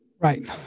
Right